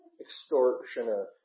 extortioner